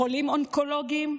חולים אונקולוגיים?